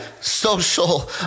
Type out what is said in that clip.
social